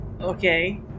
Okay